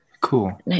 cool